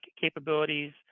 capabilities